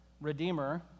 redeemer